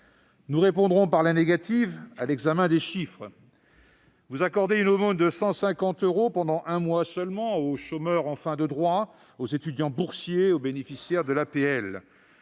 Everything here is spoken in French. Nous répondrons par la négative, à l'examen des chiffres. En effet, vous accordez une aumône de 150 euros, pendant un mois seulement, aux chômeurs en fin de droits, aux étudiants boursiers et aux bénéficiaires de l'APL.